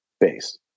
base